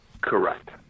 Correct